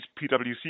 PwC